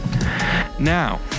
Now